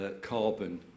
carbon